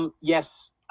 Yes